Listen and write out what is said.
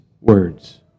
words